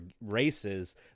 races